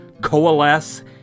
coalesce